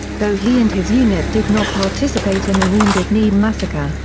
though he and his unit did not participate in the wounded knee massacre,